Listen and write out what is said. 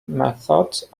methods